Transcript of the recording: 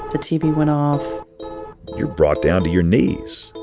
the tv went off you're brought down to your knees.